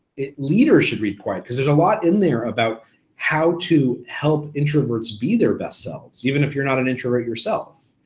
leaders should read quiet cause there's a lot in there about how to help introverts be their best selves, even if you're not an introvert yourself.